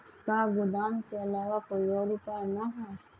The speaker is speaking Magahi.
का गोदाम के आलावा कोई और उपाय न ह?